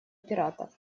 пиратов